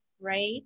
right